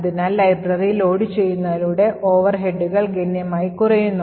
അതിനാൽ library load ചെയ്യുന്നതിലൂടെ ഓവർഹെഡുകൾ ഗണ്യമായി കുറയുന്നു